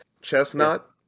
Chestnut